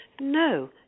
no